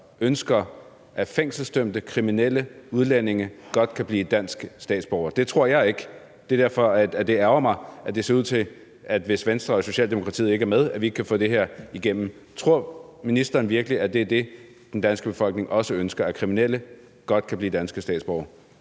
danskere, at fængselsdømte kriminelle udlændinge godt kan blive danske statsborgere? Det tror jeg ikke, og det er derfor, at det ærgrer mig, at det ser ud til – hvis Venstre og Socialdemokratiet ikke er med – at vi ikke kan få det her igennem. Tror ministeren virkelig, at det er det, den danske befolkning også ønsker: at kriminelle godt kan blive danske statsborgere?